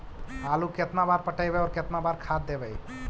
आलू केतना बार पटइबै और केतना बार खाद देबै?